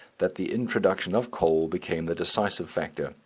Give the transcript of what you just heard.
that the introduction of coal became the decisive factor.